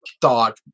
thought